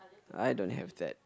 I don't have that